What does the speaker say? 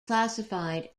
classified